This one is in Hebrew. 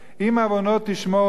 אם עונות תשמר יה